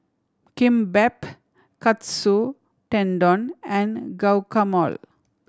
Kimbap Katsu Tendon and Guacamole